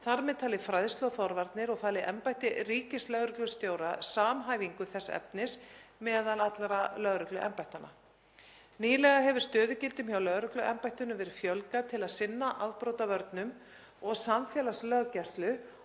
þar með talið fræðslu og forvarnir og falið embætti ríkislögreglustjóra samhæfingu þess efnis meðal allra lögregluembættanna. Nýlega hefur stöðugildum hjá lögregluembættinu verið fjölgað til að sinna afbrotavörnum og samfélagslöggæslu